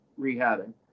rehabbing